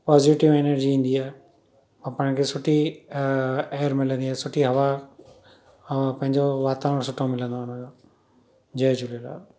positive energy ईंदी आहे ऐं पाण खे सुठी ऐर मिलंदी आहे सुठी हवा हवा पंहिंजो वातावरण सुठो मिलंदो आहे हुनजो जय झूलेलाल